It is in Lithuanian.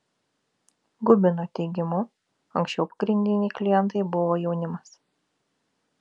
gubino teigimu anksčiau pagrindiniai klientai buvo jaunimas